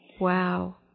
Wow